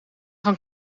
gaan